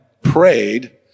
prayed